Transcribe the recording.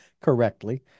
correctly